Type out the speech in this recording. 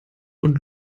und